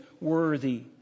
worthy